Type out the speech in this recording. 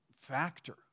factor